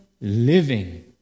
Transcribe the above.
living